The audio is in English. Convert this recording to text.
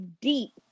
deep